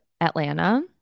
Atlanta